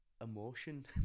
emotion